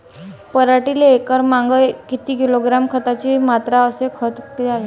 पराटीले एकरामागं किती किलोग्रॅम खताची मात्रा अस कोतं खात द्याव?